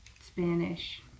Spanish